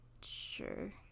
Sure